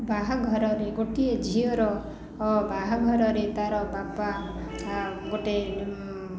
ବାହାଘରରେ ଗୋଟିଏ ଝିଅର ବାହାଘରରେ ତାର ବାପା ଗୋଟେ